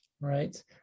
right